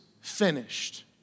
finished